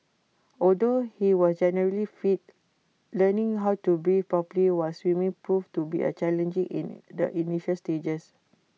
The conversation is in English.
although he was generally fit learning how to breathe properly while swimming proved to be challenging in the initial stages